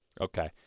Okay